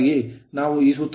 ಆದ್ದರಿಂದ ಇದು 0